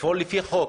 לפעול לפי חוק,